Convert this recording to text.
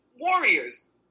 Warriors